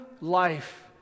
life